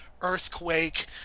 Earthquake